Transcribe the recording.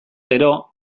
gero